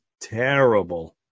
terrible